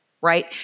right